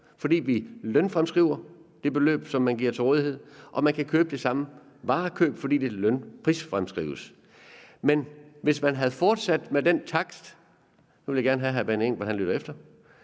fordi vi lønfremskriver det beløb, som man giver til rådighed, og man kan foretage det samme varekøb, fordi det løn- og prisfremskrives. Men hvis man havde fortsat med den takt – og nu vil jeg gerne have, at hr. Benny Engelbrecht lytter efter